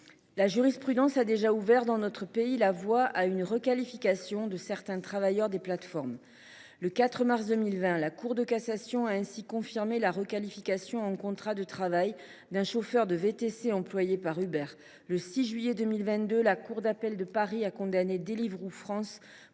La jurisprudence a déjà ouvert dans notre pays la voie à une requalification de certains travailleurs des plateformes. Le 4 mars 2020, la Cour de cassation a ainsi confirmé la requalification en contrat de travail de l’activité d’un chauffeur de véhicule de transport avec chauffeur (VTC) employé par Uber. Le 6 juillet 2022, la Cour d’appel de Paris a condamné Deliveroo France